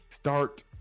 Start